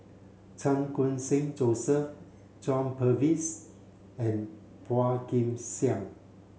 Chan Khun Sing Joseph John Purvis and Phua Kin Siang